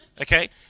Okay